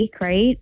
right